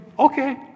Okay